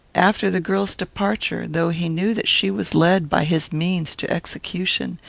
after the girl's departure, though he knew that she was led by his means to execution,